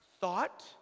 thought